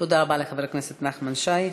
תודה רבה לחבר הכנסת נחמן שי.